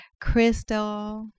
crystal